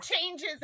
changes